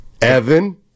Evan